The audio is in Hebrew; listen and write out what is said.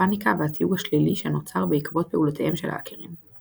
הפאניקה והתיוג השלילי שנוצר בעקבות פעולותיהם של ההאקרים.